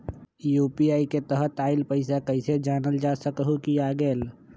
UPI के तहत आइल पैसा कईसे जानल जा सकहु की आ गेल?